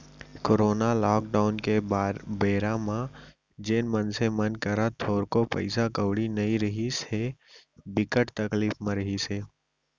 corona lockdown के बेरा म जेन मनसे मन करा थोरको पइसा कउड़ी नइ रिहिस हे, बिकट तकलीफ म रिहिस हे